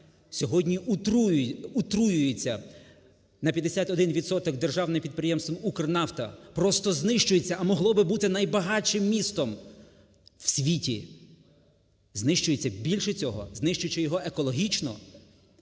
сьогодні отруюється. На 51 відсоток державне підприємство "Укрнафта" просто знищується, а могло би бути найбагатшим містом в світі. Знищується. Більше цього, знищуючи його екологічно.